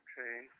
Okay